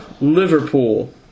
Liverpool